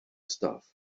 stuff